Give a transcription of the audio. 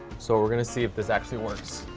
so we're gonna see if this actually works.